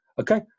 okay